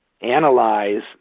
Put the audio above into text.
analyze